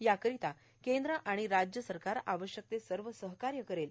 याकरिता केंद्र व राज्य सरकार आवश्यक ते सर्व सहकार्य करेल